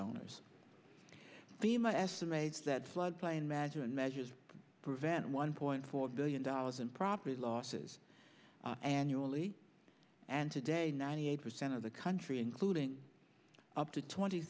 owners bhima estimates that flood plain magine measures to prevent one point four billion dollars in property losses annually and today ninety eight percent of the country including up to twenty